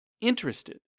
interested